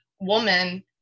woman